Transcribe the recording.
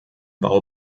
bau